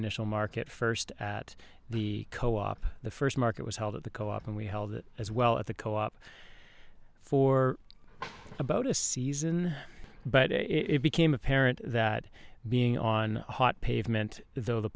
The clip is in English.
initial market first at the co op the first market was held at the co op and we held it as well at the co op for about a season but it became apparent that being on a hot pavement though the